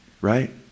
right